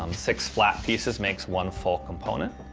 um six flat pieces makes one full component,